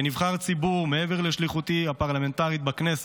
כנבחר ציבור, מעבר לשליחותי הפרלמנטרית בכנסת,